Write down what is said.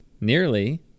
Nearly